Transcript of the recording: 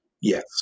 Yes